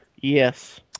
Yes